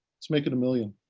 let's make it a million,